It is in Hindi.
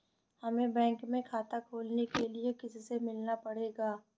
हमे बैंक में खाता खोलने के लिए किससे मिलना पड़ेगा?